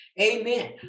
Amen